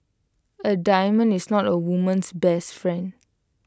A diamond is not A woman's best friend